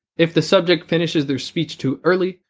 if the subject finishes their speech too early,